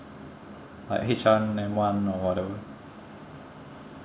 like H one N one or whatever